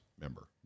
member